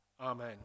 Amen